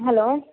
hello